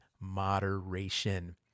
moderation